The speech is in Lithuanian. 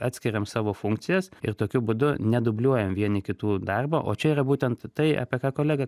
atskiriam savo funkcijas ir tokiu būdu nedubliuojam vieni kitų darbo o čia yra būtent tai apie ką kolega